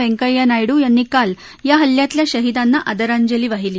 व्यंकय्या नायडु यांनी काल या हल्ल्यातल्या शहिदांना आदरांजली वाहिली